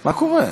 מה קורה?